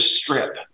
strip